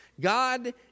God